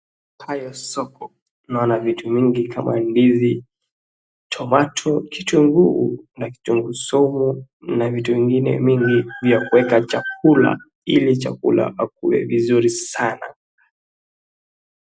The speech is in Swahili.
Haya soko, naona vitu mingi kama ndizi, tomato, kitunguu na kitunguu saumu na vitu vingine mingi vya kuweka chakula ili chakula ikuwe vizuri sana.